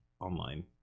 online